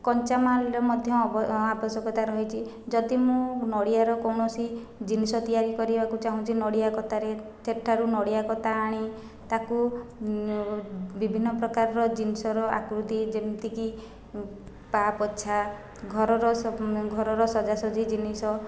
କଞ୍ଚାମାଲରେ ମଧ୍ୟ ଆବଶ୍ୟକତା ରହିଛି ଯଦି ମୁଁ ନଡ଼ିଆର କୌଣସି ଜିନିଷ ତିଆରି କରିବାକୁ ଚାହୁଁଛି ନଡ଼ିଆ କତାରେ ସେଠାରୁ ନଡ଼ିଆ କତା ଆଣି ତା'କୁ ବିଭିନ୍ନ ପ୍ରକାରର ଜିନିଷର ଆକୃତି ଯେମିତିକି ପାପୋଛା ଘରର ଘରର ସଜାସଜି ଜିନିଷ